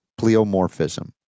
Pleomorphism